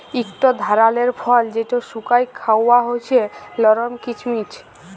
ইকট ধারালের ফল যেট শুকাঁয় খাউয়া হছে লরম কিচমিচ